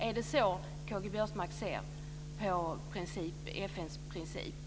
Är det så K-G Biörsmark ser på FN:s principer?